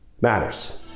matters